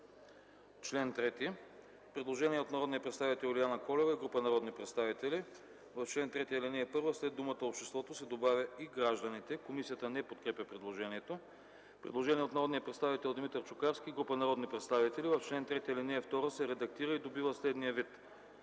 чл. 3 има предложение от народния представител Юлиана Колева и група народни представители: в чл. 3, ал. 1 след думата „обществото” се добавя „и гражданите”. Комисията не подкрепя предложението. Предложение от народния представител Димитър Чукарски и група народни представители: в чл. 3 ал. 2 се редактира и добива следния вид: